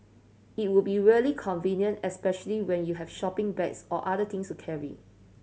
it would be really convenient especially when you have shopping bags or other things to carry